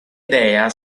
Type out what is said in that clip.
idea